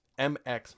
mx